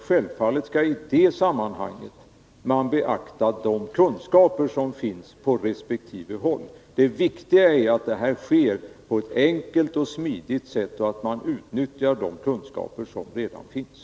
Självfallet skall man i det sammanhanget beakta de kunskaper som finns på resp. håll. Det viktiga är att detta sker på ett enkelt och smidigt sätt och att man utnyttjar de kunskaper som redan finns.